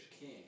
king